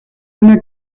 una